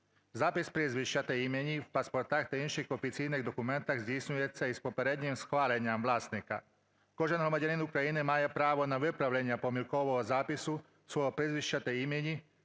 Запис прізвища та імені в паспортах та інших офіційних документах здійснюється із попереднім схваленням власника. Кожен громадянин України має право на виправлення помилкового запису свого прізвища та імені